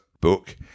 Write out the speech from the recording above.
book